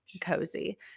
Cozy